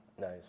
Nice